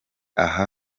aha